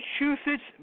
Massachusetts